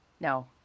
no